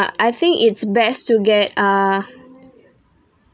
ah I think it's best to get ah